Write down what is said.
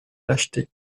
lâcheté